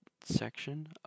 section